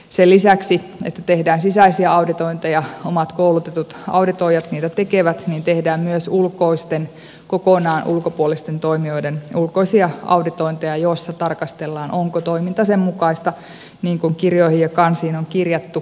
sen lisäksi että tehdään sisäisiä auditointeja omat koulutetut auditoijat niitä tekevät tehdään myös ulkoisten kokonaan ulkopuolisten toimijoiden ulkoisia auditointeja joissa tarkastellaan onko toiminta sen mukaista kuin kirjoihin ja kansiin on kirjattu